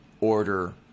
order